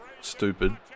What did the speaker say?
stupid